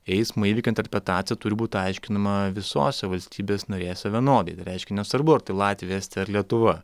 eismo įvykio interpretacija turi būt aiškinama visose valstybės narėse vienodai reiškia nesvarbu ar tai latvija estija ar lietuva